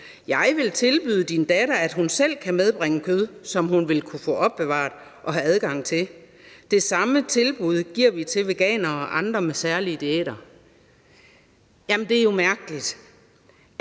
Jeg vil tilbyde din datter, at hun selv kan medbringe kød, som hun vil kunne få opbevaret og have adgang til. Det samme tilbud giver vi til veganere og andre med særlige diæter. Jamen det er jo mærkeligt,